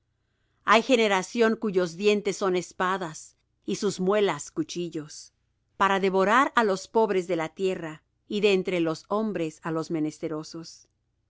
hay generación cuyos dientes son espadas y sus muelas cuchillos para devorar á los pobres de la tierra y de entre los hombres á los menesterosos